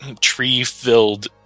tree-filled